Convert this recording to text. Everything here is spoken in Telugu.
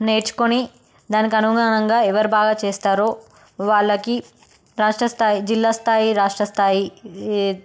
నేర్చుకొని దానికి అనుగుణంగా ఎవరు బాగా చేస్తారో వాళ్ళకి రాష్ట్ర స్థాయి జిల్లా స్థాయి రాష్ట్ర స్థాయి